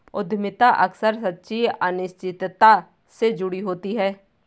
उद्यमिता अक्सर सच्ची अनिश्चितता से जुड़ी होती है